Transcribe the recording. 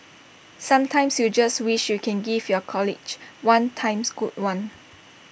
sometimes you just wish you can give your colleague one times good one